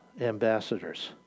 ambassadors